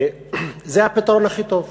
זה הפתרון הכי טוב.